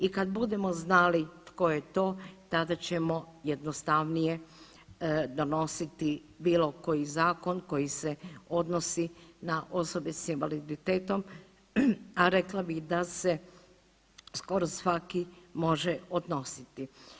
I kad budemo znali tko je to, tada ćemo jednostavnije donositi bilo koji zakon koji se odnosi na osobe sa invaliditetom, a rekla bih da se skoro svaki može odnositi.